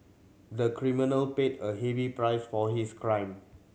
the criminal paid a heavy price for his crime